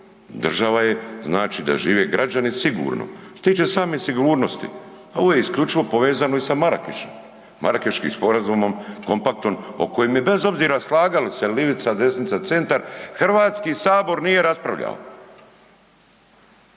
država je znači da žive građani sigurno. Što se tiče same sigurnosti ovo je isključivo povezano i sa Marakešem, Marakeški sporazumom, kompaktom, o kojem je bez obzira slagali se livica, desnica, centar, Hrvatski sabor nije raspravljao